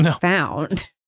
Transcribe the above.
found